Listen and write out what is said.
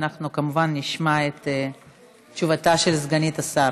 אנחנו נשמע כמובן את תשובתה של סגנית השר.